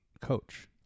coach